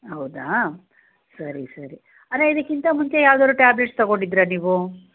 ಹೌದಾ ಸರಿ ಸರಿ ಅದೇ ಇದಕ್ಕಿಂತ ಮುಂಚೆ ಯಾವುದಾದ್ರೂ ಟ್ಯಾಬ್ಲೆಟ್ಸ್ ತಗೊಂಡಿದ್ರಾ ನೀವು